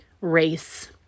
race